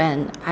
when